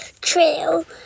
trail